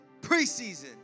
preseason